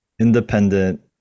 independent